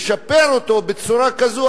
לשפר אותו בצורה כזאת.